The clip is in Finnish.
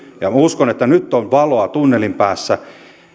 minä uskon että nyt on valoa tunnelin päässä